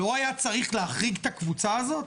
לא היה צריך להחריג את הקבוצה הזו?